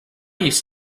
used